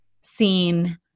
seen